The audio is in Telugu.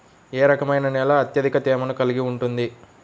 ఏ రకమైన నేల అత్యధిక తేమను కలిగి ఉంటుంది?